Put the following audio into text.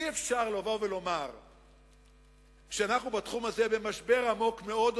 אי-אפשר לומר שאנחנו בתחום הזה במשבר עמוק מאוד.